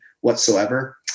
whatsoever